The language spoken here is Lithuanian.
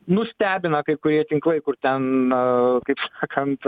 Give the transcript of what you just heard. nustebino kai kurie tinklai kur ten kaip sakant